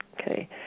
okay